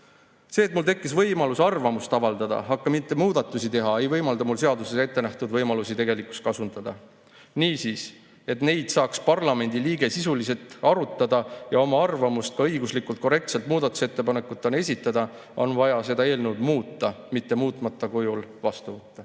See, et mul tekkis võimalus arvamust avaldada, aga mitte muudatusi teha, ei võimalda mul seaduses ette nähtud võimalusi tegelikkuses kasutada. Niisiis, et neid saaks parlamendiliige sisuliselt arutada ja oma arvamust ka õiguslikult korrektselt muudatusettepanekutena esitada, on vaja seda eelnõu muuta, mitte muutmata kujul vastu võtta.